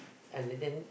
I didn't